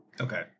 okay